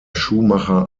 schuhmacher